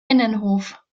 innenhof